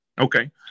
Okay